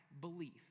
belief